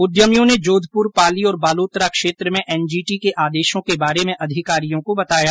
उद्यमियों ने जोधपुर पाली और बालोतरा क्षेत्र में एनजीटी के आदेशों के बारे में अधिकारियों को बताया